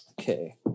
Okay